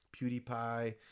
PewDiePie